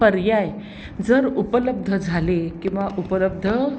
पर्याय जर उपलब्ध झाले किंवा उपलब्ध